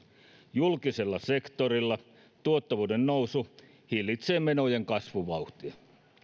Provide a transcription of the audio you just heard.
julkisella sektorilla tuottavuuden nousu hillitsee menojen kasvuvauhtia